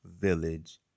Village